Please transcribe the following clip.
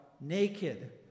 naked